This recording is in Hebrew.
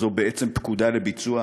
זו בעצם פקודה לביצוע.